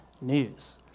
news